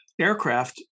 aircraft